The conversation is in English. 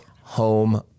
home